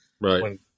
Right